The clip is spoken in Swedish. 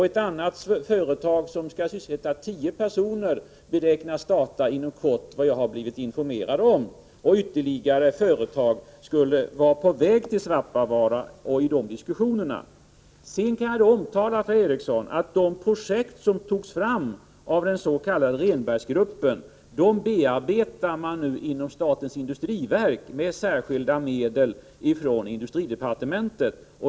Ett annat företag som skall sysselsätta 10 personer, beräknas starta inom kort, enligt vad jag har blivit informerad om, och ytterligare företag skulle vara på väg till Svappavaara. Det förs alltså sådana diskussioner. Sedan kan jag tala om för Per-Ola Eriksson att de projekt som togs fram av den s.k. Rehnbergsgruppen nu bearbetas inom statens industriverk, sedan man fått särskilda medel härför från industridepartementet.